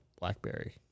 BlackBerry